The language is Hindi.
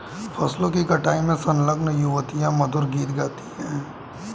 फसलों की कटाई में संलग्न युवतियाँ मधुर गीत गाती हैं